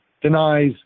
denies